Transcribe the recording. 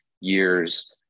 years